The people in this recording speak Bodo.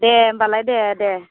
दे होनबालाय दे दे